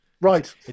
Right